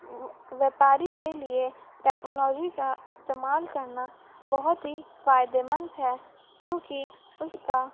ویاپاری کے لیے ٹکنالوجی کا استعمال کرنا بہت ہی فائدہ مند ہے کیونکہ اس کا